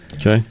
Okay